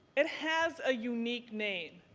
it has a unique name.